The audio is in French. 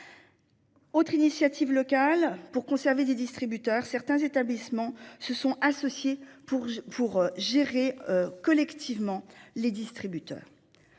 Autre initiative locale pour conserver des distributeurs. Certains établissements se sont associés pour pour gérer collectivement les distributeurs.